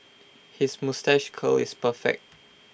his moustache curl is perfect